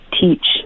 teach